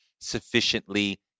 sufficiently